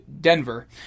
Denver